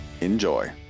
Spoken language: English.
Enjoy